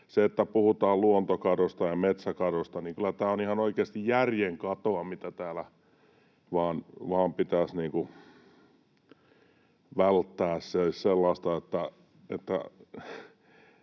kun puhutaan luontokadosta ja metsäkadosta, niin kyllä tämä on ihan oikeasti järjen katoa, mitä täällä vain pitäisi välttää. Edustaja